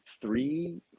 three